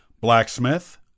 blacksmith